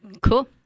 Cool